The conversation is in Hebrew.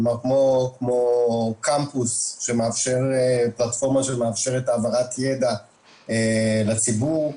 כמו קמפוס שמאפשר פלטפורמה שמאפשרת העברת ידע לציבור.